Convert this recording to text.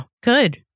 Good